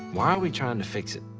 why are we trying to fix it?